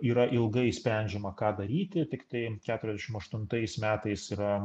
yra ilgai sprendžiama ką daryti tiktai keturiasdešim aštuntais metais yra